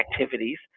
activities